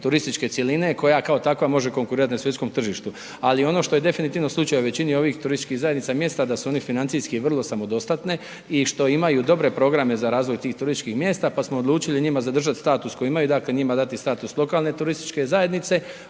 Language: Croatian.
turističke cjeline koja kao takva može konkurirati na svjetskom tržištu. Ali ono što je definitivno slučaj u većini ovih turističkih zajednica, mjesta, da su oni financijski vrlo samodostatni i što imaju dobre programe za razvoj tih turističkih mjesta, pa smo odlučili njima zadržati status koji imaju, dakle njima dati status lokalne turističke zajednice,